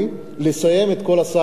לסיים את כל הסאגה הזאת